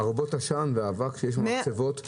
מדידות וניטור בנושאים שונים,